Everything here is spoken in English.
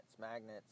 magnets